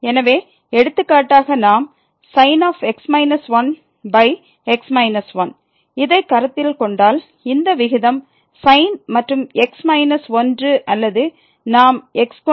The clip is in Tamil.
எனவே எடுத்துக்காட்டாக நாம்sin x 1 x 1 இதை கருத்தில் கொண்டால் இந்த விகிதம் sin மற்றும் x மைனஸ் 1 அல்லது நாம் x2 1x 1